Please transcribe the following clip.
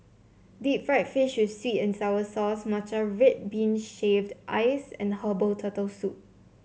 Deep Fried Fish with sweet and sour sauce Matcha Red Bean Shaved Ice and Herbal Turtle Soup